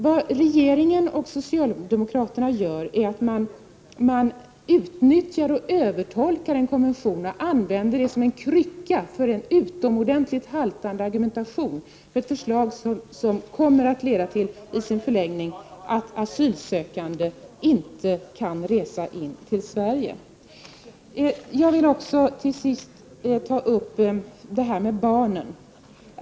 Vad regeringen och socialdemokraterna gör är att de utnyttjar och övertolkar en konvention och använder den som en krycka för en utomordentligt haltande argumentation för förslag som i sin förlängning kommer att leda till att asylsökande inte kan resa in till Sverige. Jag vill till sist ta upp det här med barnen.